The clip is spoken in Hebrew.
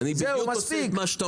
והנה אמרתי אני בדיוק עושה את מה שאתה